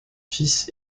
fils